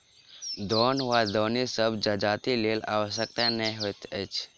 दौन वा दौनी सभ जजातिक लेल आवश्यक नै होइत अछि